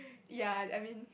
ya I mean